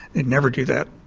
you'd never do that.